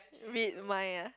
read mine ah